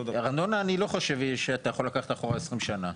ארנונה אני לא חושב שאתה יכול לקחת אחורה עשרים שנה.